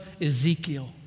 Ezekiel